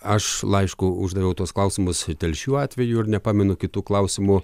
aš laišku uždaviau tuos klausimus telšių atveju ar nepamenu kitų klausimų